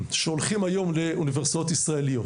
שהולכים כיום לאוניברסיטאות ישראליות,